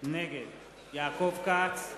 נגד יעקב כץ,